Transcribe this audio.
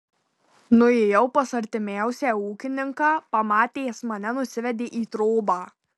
nuėjau pas artimiausią ūkininką pamatęs mane nusivedė į trobą